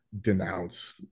denounce